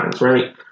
right